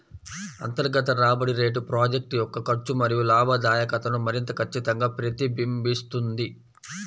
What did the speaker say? అంతర్గత రాబడి రేటు ప్రాజెక్ట్ యొక్క ఖర్చు మరియు లాభదాయకతను మరింత ఖచ్చితంగా ప్రతిబింబిస్తుంది